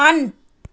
on